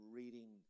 reading